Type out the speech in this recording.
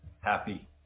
happy